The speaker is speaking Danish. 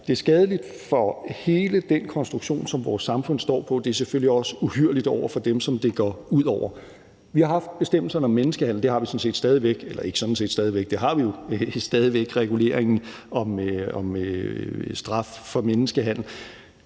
Det er skadeligt for hele den konstruktion, som vores samfund hviler på. Det er selvfølgelig også uhyrligt over for dem, som det går ud over. Vi har haft bestemmelserne om menneskehandel længe, og vi har dem sådan set stadig væk. Vi har stadig væk reguleringen og straf for menneskehandel.